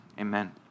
amen